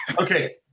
Okay